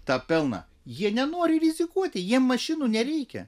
tą pelną jie nenori rizikuoti jiem mašinų nereikia